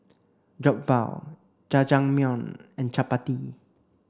Jokbal Jajangmyeon and Chapati